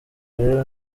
rero